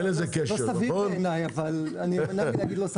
זה לא סביר בעיני אבל אני אמנע מלהגיד לא סביר.